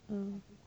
嗯